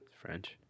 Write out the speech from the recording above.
French